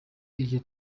iryo